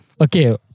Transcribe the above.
okay